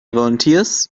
volunteers